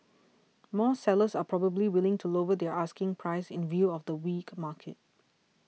more sellers are probably willing to lower their asking prices in view of the weak market